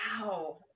Wow